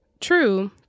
True